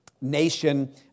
nation